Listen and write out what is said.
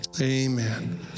Amen